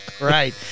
Right